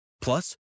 Plus